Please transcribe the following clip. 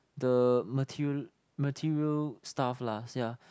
the material material stuff lah yeah